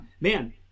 man